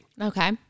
Okay